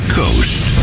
coast